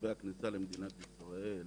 מסורבי הכניסה למדינת ישראל